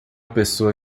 pessoa